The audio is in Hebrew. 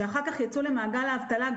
שאחר כך ייצאו למעגל האבטלה.